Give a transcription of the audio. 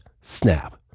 Snap